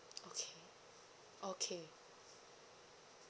okay okay